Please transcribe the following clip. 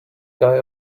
guy